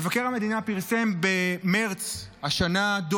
מבקר המדינה פרסם דוח במרץ השנה על